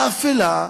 באפלה,